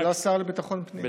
אני לא השר לביטחון הפנים.